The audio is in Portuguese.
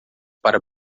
para